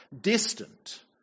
distant